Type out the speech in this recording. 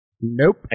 Nope